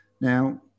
Now